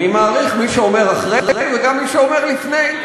אני מעריך מי שאומר אחרי וגם מי שאומר לפני.